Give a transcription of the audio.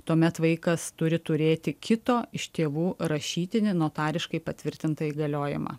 tuomet vaikas turi turėti kito iš tėvų rašytinį notariškai patvirtintą įgaliojimą